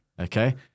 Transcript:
okay